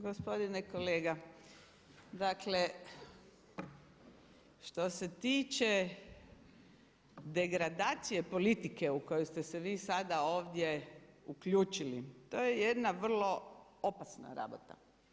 Gospodine kolega dakle što se tiče degradacije politike u koju ste se vi sada ovdje uključili to je jedna vrlo opasna rabota.